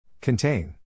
Contain